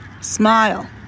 Smile